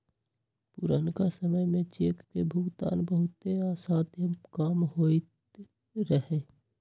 पुरनका समय में चेक के भुगतान बहुते असाध्य काम होइत रहै